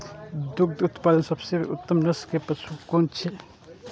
दुग्ध उत्पादक सबसे उत्तम नस्ल के पशु कुन छै?